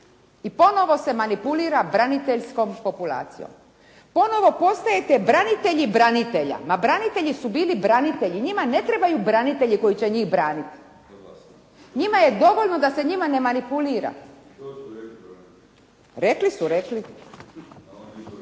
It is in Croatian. I ponovo se manipulira braniteljskom populacijom. Ponovno postajete branitelji branitelja. Ma branitelji su bili branitelji, njima ne trebaju branitelji koji će njih braniti. Njima je dovoljno da se njima ne manipulira. …/Upadica se